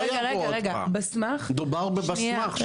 לא, לא, בסמ"ח --- דובר בבסמ"ח שכבר נמצאים פה.